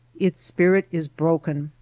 its spirit is broken,